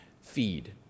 feed